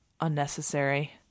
unnecessary